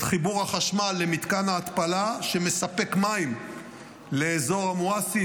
את מתקן ההתפלה שמספק מים לאזור אל-מוואסי,